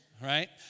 right